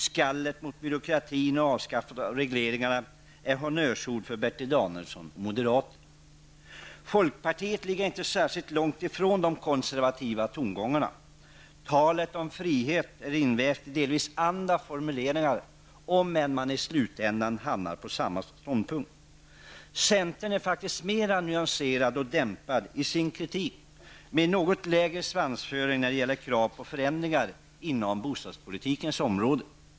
Skallet mot byråkratin och avskaffandet av regleringarna är honnörsord för Folkpartiet ligger inte särskilt långt ifrån de konservativa tongångarna. Talet om frihet är invävt i delvis andra formuleringar, om än man i slutänden hamnar på samma ståndpunkt. Centern är faktiskt mer nyanserad och dämpad i sin kritik med en något lägre svansföring när det gäller krav på förändringar inom bostadspolitikens område.